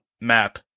map